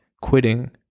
quitting